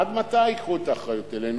עד מתי ייקחו את האחריות אלינו?